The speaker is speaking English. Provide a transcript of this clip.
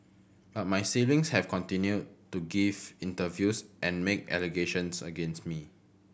but my siblings have continued to give interviews and make allegations against me